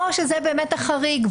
או שזהו החריג,